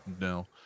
No